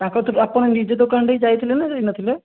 ତାଙ୍କ ଥ୍ରୁରେ ଆପଣ ନିଜେ ଦୋକାନ ଠେଇଁକି ଯାଇଥିଲେ ନା ଯାଇ ନଥିଲେ